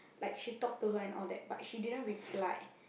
like she talk to her and all that but she didn't reply